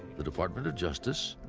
the department of justice,